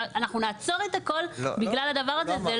אנחנו נעצור את הכל בגלל הדבר הזה?